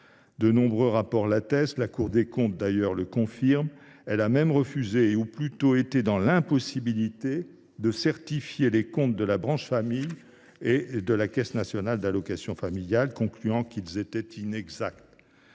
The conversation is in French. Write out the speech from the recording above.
De nombreux rapports l’attestent. La Cour des comptes elle même le confirme. Elle a même refusé – ou plutôt, elle a été dans l’impossibilité de le faire – de certifier les comptes de la branche famille et de la Caisse nationale des allocations familiales, concluant qu’ils étaient inexacts.